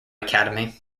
academy